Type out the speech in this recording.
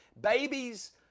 babies